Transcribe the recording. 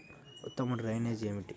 ఉత్తమ డ్రైనేజ్ ఏమిటి?